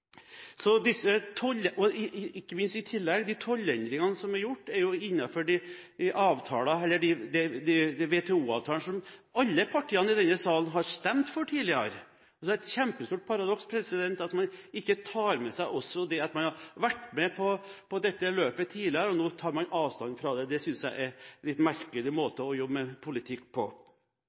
I tillegg er de tollendringene som er gjort, innenfor den WTO-avtalen som alle partiene i denne sal har stemt for tidligere. Det er et kjempestort paradoks at man ikke tar med seg at man har vært med på dette løpet tidligere, og nå tar avstand fra det. Det synes jeg er en litt merkelig måte å jobbe med politikk på.